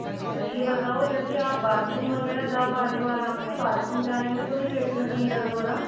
अच्छा ये बताओ जैसे आप बाथरूम वगैरह जा पा रहे हो आराम से बाथरूम जाने में तो नहीं पेट में कहीं दर्द हो रहा